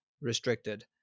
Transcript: restricted